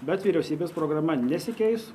bet vyriausybės programa nesikeis